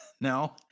No